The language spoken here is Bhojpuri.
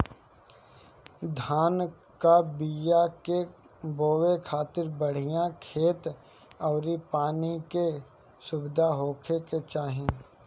धान कअ बिया के बोए खातिर बढ़िया खेत अउरी पानी के सुविधा होखे के चाही